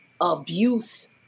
abuse